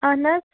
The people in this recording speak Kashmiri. اَہَن حظ